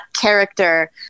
character